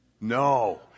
No